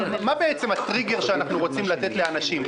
הרי מה בעצם הטריגר שאנחנו רוצים לתת לאנשים?